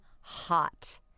hot